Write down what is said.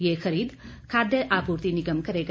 ये खरीद खाद्य आपूर्ति निगम करेगा